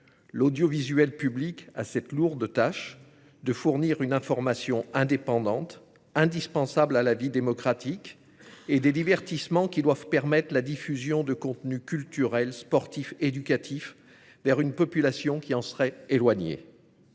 L'audiovisuel public a cette lourde tâche de fournir une information indépendante, indispensable à la vie démocratique, ainsi que des divertissements qui doivent permettre la diffusion de contenus culturels, sportifs et éducatifs vers une population qui en serait éloignée.